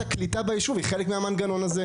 הקליטה ביישוב היא חלק מהמנגנון הזה.